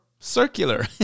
circular